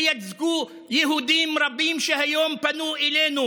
וייצגו יהודים רבים שהיום פנו אלינו